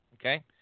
okay